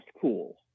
cool